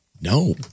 No